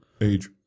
age